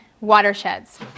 watersheds